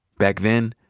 back then,